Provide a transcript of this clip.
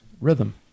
Rhythm